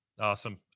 Awesome